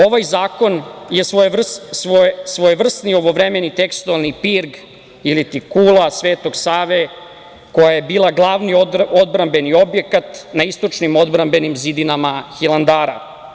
Ovaj zakon je svojevrsni ovovremeni tekstualni pirg, iliti kula Svetog Save, koja je bila glavni odbrambeni objekat na istočnim odbrambenim zidinama Hilandara.